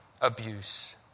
abuse